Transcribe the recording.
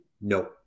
No